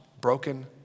broken